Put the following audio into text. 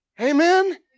Amen